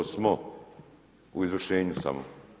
3% smo u izvršenju samo.